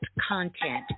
content